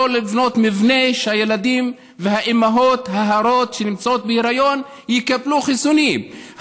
לא לבנות מבנה שהילדים והאימהות שנמצאות בהיריון יקבלו בו חיסונים.